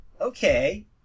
Okay